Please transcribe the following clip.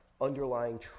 underlying